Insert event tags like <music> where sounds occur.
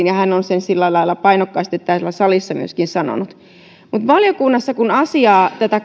<unintelligible> ja hän on sen sillä lailla painokkaasti täällä salissa myöskin sanonut mutta kun valiokunnassa tätä <unintelligible>